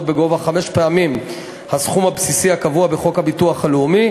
בגובה חמש פעמים הסכום הבסיסי הקבוע בחוק הביטוח הלאומי,